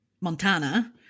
Montana